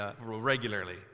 regularly